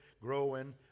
growing